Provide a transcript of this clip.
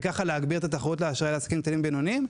ובכך להגביר את התחרות לאשראי לעסקים קטנים ובינוניים,